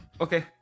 Okay